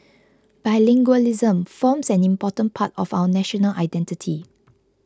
bilingualism forms an important part of our national identity